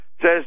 Says